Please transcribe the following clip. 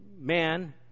man